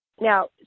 Now